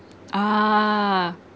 ah